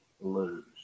lose